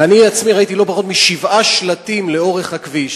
ואני עצמי ראיתי לא פחות משבעה שלטים לאורך הכביש.